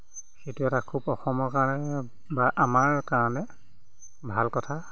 সেইটো এটা খুব অসমৰ কাৰণে বা আমাৰ কাৰণে ভাল কথা